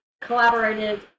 collaborated